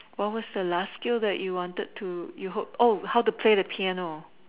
what was the last skill that you wanted to you hope oh how to play the piano